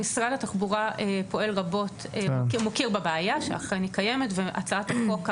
משרד התחבורה מכיר בבעיה שהיא אכן קיימת והצעת החוק,